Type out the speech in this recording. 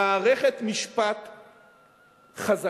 מערכת משפט חזקה,